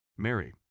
Mary